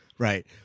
Right